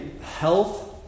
health